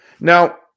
Now